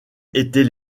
étaient